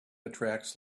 attracts